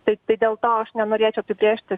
tai dėl to aš nenorėčiau apibrėžti